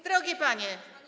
Drogie panie.